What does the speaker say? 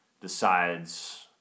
decides